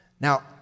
Now